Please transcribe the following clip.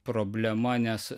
problema nes